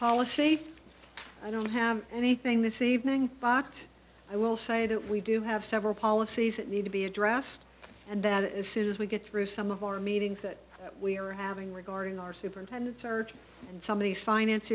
policy i don't have anything this evening but i will say that we do have several policies that need to be addressed and that as soon as we get through some of our meetings that we are having regarding our superintendent search and some of these finance